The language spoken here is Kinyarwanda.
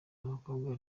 ry’abakobwa